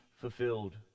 fulfilled